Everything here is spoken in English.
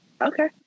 okay